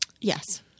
Yes